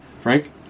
Frank